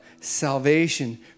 salvation